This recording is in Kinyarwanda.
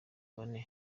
bane